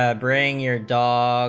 ah bring your doll